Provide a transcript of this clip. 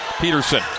Peterson